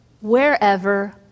Wherever